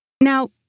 Now